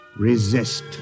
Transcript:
Resist